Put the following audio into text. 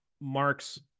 Mark's